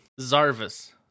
Zarvis